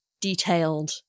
detailed